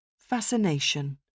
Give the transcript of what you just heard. Fascination